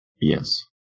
yes